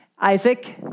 Isaac